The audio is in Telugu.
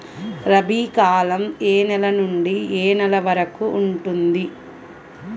రబీ కాలం ఏ నెల నుండి ఏ నెల వరకు ఉంటుంది?